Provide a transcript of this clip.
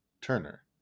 Turner